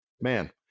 Man